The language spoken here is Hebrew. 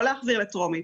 לא להחזיר לטרומית.